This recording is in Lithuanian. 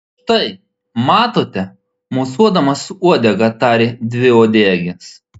štai matote mosuodamas uodega tarė dviuodegis